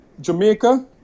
Jamaica